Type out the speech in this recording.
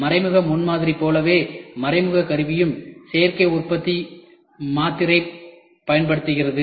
மறைமுக முன்மாதிரி போலவே மறைமுக கருவியும் சேர்க்கை உற்பத்தி மாத்திரை பயன்படுத்துகிறது